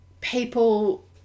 people